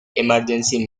emergency